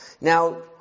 Now